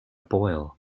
boil